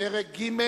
התשס"ט 2009, פרק ג':